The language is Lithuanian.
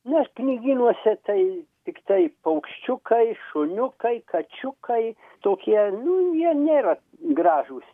nes knygynuose tai tiktai paukščiukai šuniukai kačiukai tokie nu jie nėra gražūs